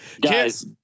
Guys